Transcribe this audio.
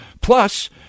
plus